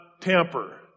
tamper